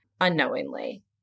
unknowingly